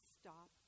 stop